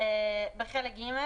-- בחלק ג',